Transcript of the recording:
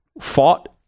fought